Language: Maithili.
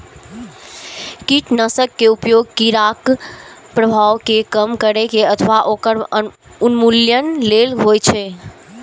कीटनाशक के उपयोग कीड़ाक प्रभाव कें कम करै अथवा ओकर उन्मूलन लेल होइ छै